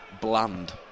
Bland